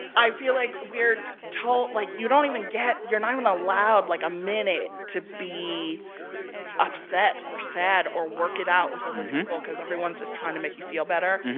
i feel like we're told like, you don't even get you're not even allowed, like, a minute to be upset or sad or work it out with other people because everyone is just trying to make you feel better.